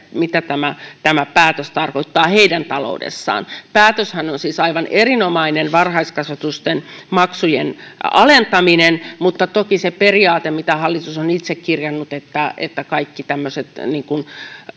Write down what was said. mitä tämä tämä päätös tarkoittaa heidän taloudessaan päätöshän on siis aivan erinomainen varhaiskasvatuksen maksujen alentaminen mutta toki on se periaate minkä hallitus on itse kirjannut että että kaikki tämmöiset